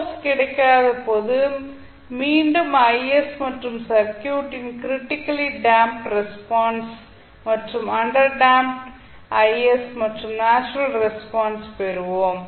source கிடைக்காதபோது மீண்டும் Is மற்றும் சர்க்யூட்டின் கிரிட்டிக்கலி டேம்ப்ட் ரெஸ்பான்ஸ் மற்றும் அண்டர் டேம்ப்ட் Is மற்றும் நேச்சுரல் ரெஸ்பான்ஸ் பெறுவோம்